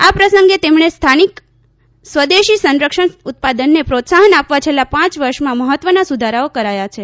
આ પ્રસંગે તેમણે સ્થાનિક સ્વદેશી સંરક્ષણ ઉત્પાદનને પ્રોત્સાહન આપવા છેલ્લા પાંચ વર્ષમાં મહત્વના સુધારાઓ કરાયા છે